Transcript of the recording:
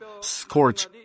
scorch